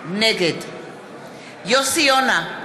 נגד יוסי יונה,